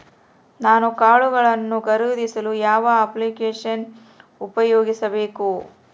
ನಾನು ಕಾಳುಗಳನ್ನು ಖರೇದಿಸಲು ಯಾವ ಅಪ್ಲಿಕೇಶನ್ ಉಪಯೋಗಿಸಬೇಕು?